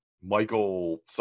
Michael